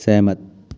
सहमत